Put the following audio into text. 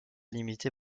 limitée